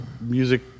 music